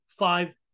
Five